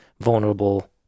vulnerable